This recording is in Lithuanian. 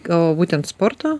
gal būtent sporto